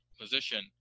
position